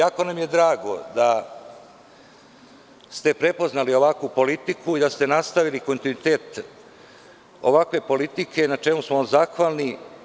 Jako nam je drago da ste prepoznali ovakvu politiku i da ste nastavili kontinuitet ovakve politike, na čemu smo vam zahvalni.